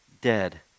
dead